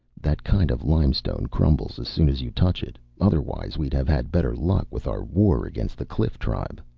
that kind of limestone crumbles as soon as you touch it, otherwise we'd have had better luck with our war against the cliff tribe.